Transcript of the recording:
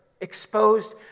exposed